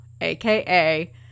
aka